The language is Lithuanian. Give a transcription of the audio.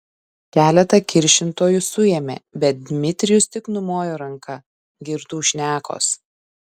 keletą kiršintojų suėmė bet dmitrijus tik numojo ranka girtų šnekos